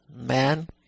Man